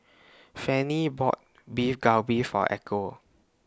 Fanny bought Beef Galbi For Echo